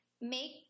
make